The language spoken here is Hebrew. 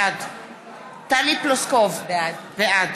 בעד טלי פלוסקוב, בעד